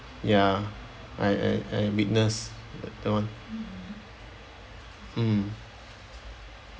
ya I I I witness that one mm